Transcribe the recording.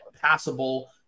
passable